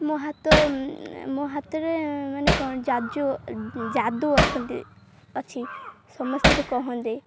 ମୋ ହାତ ମୋ ହାତରେ ମାନେ କ'ଣ ଯାଦୁ ଅଛନ୍ତି ଅଛି ସମସ୍ତେ ବି କହନ୍ତି